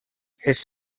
his